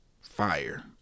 fire